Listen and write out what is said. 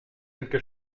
quelque